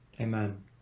Amen